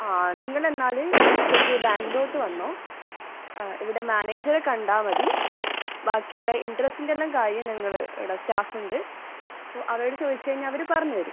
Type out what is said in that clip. ആ നിങ്ങളെന്നാൽ ഇന്നുച്ചയ്ക്ക് ബാങ്കിലോട്ട് വന്നോ ഇവിടെ മാനേജറെ കണ്ടാൽ മതി ബാക്കിയുള്ള ഇൻ്ററെസ്റ്റിൻ്റെയെല്ലാം കാര്യം ഞങ്ങൾ ഇവിടെ സ്റ്റാഫുണ്ട് അപ്പോൾ അവരോട് ചോദിച്ചു കഴിഞ്ഞാൽ അവർ പറഞ്ഞു തരും